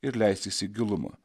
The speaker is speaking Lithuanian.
ir leistis į gilumą